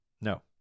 No